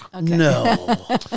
No